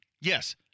Yes